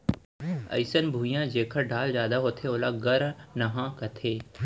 अइसन भुइयां जेकर ढाल जादा होथे ओला गरनहॉं कथें